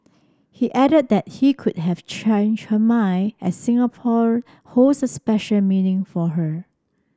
he added that he could have changed her mind as Singapore holds a special meaning for her